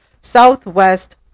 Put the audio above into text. Southwest